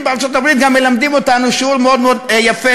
הנתונים בארצות-הברית גם מלמדים אותנו שיעור מאוד מאוד יפה